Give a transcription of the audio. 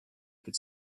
could